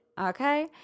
okay